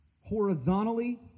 horizontally